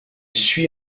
suit